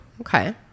Okay